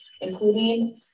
including